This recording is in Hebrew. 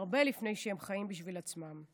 הרבה לפני שהם חיים בשביל עצמם.